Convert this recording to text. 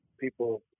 people